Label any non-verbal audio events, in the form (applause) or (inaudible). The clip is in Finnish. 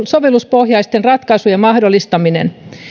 (unintelligible) sovelluspohjaisten ratkaisujen mahdollistaminen